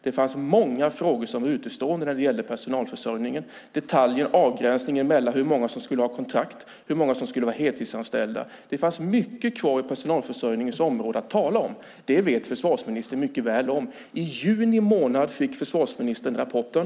Det fanns många frågor som var utestående när det gällde personalförsörjningen, detaljer, avgränsningen mellan hur många som skulle ha kontrakt och hur många som skulle vara heltidsanställda. Det fanns mycket kvar inom personalförsörjningens område att tala om. Det vet försvarsministern mycket väl. I juni månad fick försvarsministern rapporten.